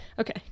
Okay